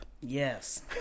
Yes